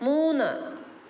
മൂന്ന്